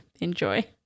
enjoy